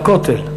בכותל.